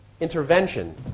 intervention